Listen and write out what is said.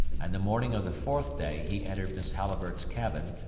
and the morning of the fourth day he entered miss halliburtt's cabin,